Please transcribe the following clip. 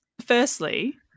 firstly